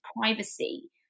privacy